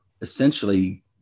essentially